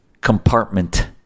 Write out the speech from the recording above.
compartment